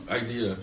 idea